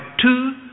two